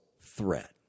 threat